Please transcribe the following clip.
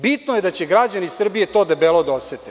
Bitno je da će građani Srbije to debelo da osete.